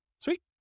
Sweet